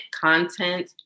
content